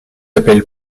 appelle